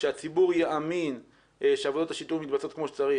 כשהציבור יאמין שעבודות השיטור מתבצעות כמו שצריך